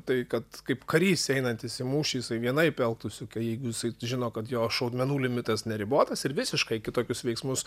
tai kad kaip karys einantis į mūšį jisai vienaip elgtųsi jeigu jisai žino kad jo šaudmenų limitas neribotas ir visiškai kitokius veiksmus